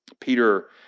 Peter